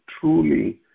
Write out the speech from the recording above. truly